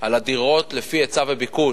על הדירות לפי היצע וביקוש,